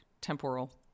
temporal